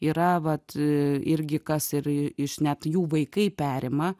yra vat irgi kas ir iš net jų vaikai perima